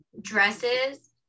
dresses